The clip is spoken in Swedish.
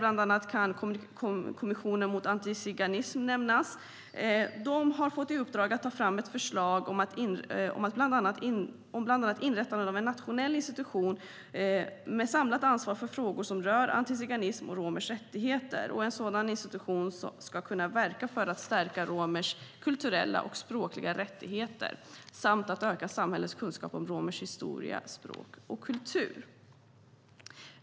Bland annat kan Kommissionen mot antiziganism nämnas, som har fått i uppdrag att ta fram ett förslag om inrättandet av en nationell institution med samlat ansvar för frågor som rör antiziganism och romers rättigheter. En sådan institution ska verka för att stärka romers kulturella och språkliga rättigheter samt öka samhällets kunskap om romers historia, språk och kultur.